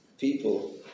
people